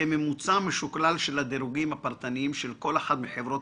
כממוצע משוקלל של הדירוגים הפרטניים של כל אחד מחברות